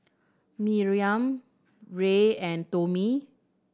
Miriam Ray and Tommie